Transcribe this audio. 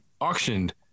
auctioned